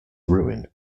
ruin